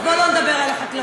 אז בוא לא נדבר על החקלאות.